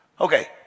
Okay